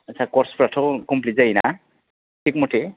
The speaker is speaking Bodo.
आथसा कर्सफ्राथ' कमप्लिट जायो ना थिग मथे